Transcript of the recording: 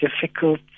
difficult